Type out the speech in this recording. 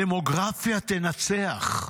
הדמוגרפיה תנצח.